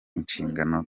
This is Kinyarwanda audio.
inshingano